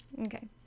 Okay